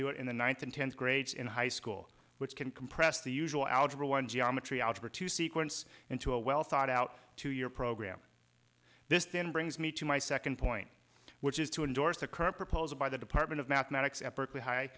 do it in the ninth and tenth grades in high school which can compress the usual algebra one geometry algebra two sequence into a well thought out two year program this then brings me to my second point which is to endorse the current proposal by the department of mathematics at berkeley high